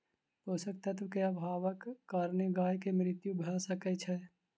पोषक तत्व के अभावक कारणेँ गाय के मृत्यु भअ सकै छै